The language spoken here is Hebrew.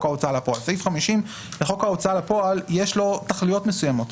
ההוצאה לפועל שיש לו תכליות מסוימות.